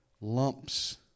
lumps